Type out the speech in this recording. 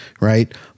right